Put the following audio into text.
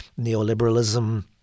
neoliberalism